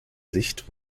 sicht